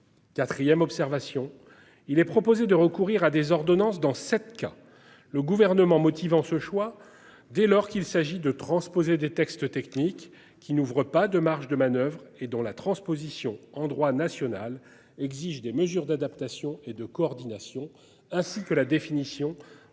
4ème observation, il est proposé de recourir à des ordonnances dans 7 cas, le gouvernement motivant ce choix dès lors qu'il s'agit de transposer des textes techniques qui n'ouvre pas de marge de manoeuvre et dont la transposition en droit national exige des mesures d'adaptation et de coordination ainsi que la définition de modalités